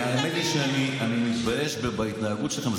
האמת היא שאני מתבייש בהתנהגות שלכם,